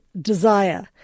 desire